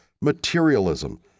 materialism